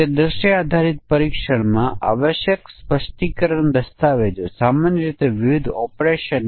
અહીં એકમ અથવા કાર્ય બે પરિમાણો લે છે એક મૂળ રકમ અને બીજું તે સમયગાળો છે કે જેના માટે થાપણ કરવામાં આવી રહી છે